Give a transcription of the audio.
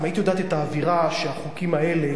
אם היית יודעת את האווירה שהחוקים האלה